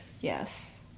Yes